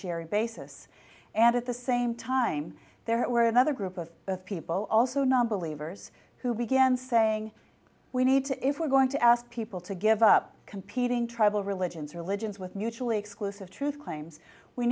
evidentiary basis and at the same time there were another group of people also nonbelievers who began saying we need to if we're going to ask people to give up competing tribal religions religions with mutually exclusive truth claims we